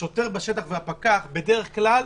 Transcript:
השוטר בשטח והפקח בדרך כלל,